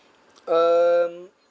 um